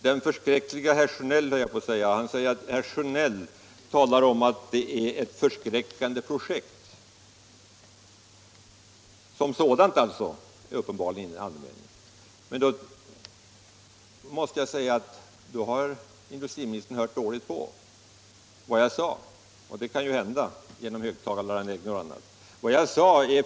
Han säger att ”herr Sjönell talar om att det är detta förskräckande projekt”. Industriministern har tydligen hört dåligt på vad jag sade, och sådant kan ju hända på grund av högtalaranläggning och annat.